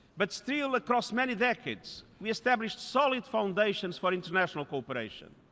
but still, across many decades, we established solid foundations for international cooperation.